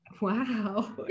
wow